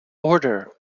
order